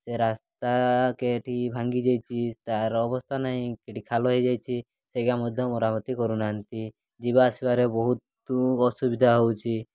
ସେ ରାସ୍ତା କେଉଁଠି ଭାଙ୍ଗିଯାଇଛି ତା'ର ଅବସ୍ଥା ନାହିଁ କେଉଁଠି ଖାଲ ହୋଇଯାଇଛି ସେଇଟା ମଧ୍ୟ ମରାମତି କରୁନାହାନ୍ତି ଯିବା ଆସିବାରେ ବହୁତ ଅସୁବିଧା ହେଉଛି